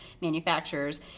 manufacturers